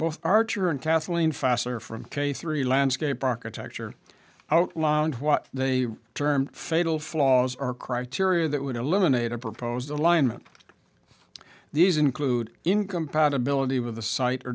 both archer and kathleen fastener from k three landscape architecture outlined what they termed fatal flaws are criteria that would eliminate a proposed alignment these include in compatibility with the site or